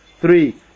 Three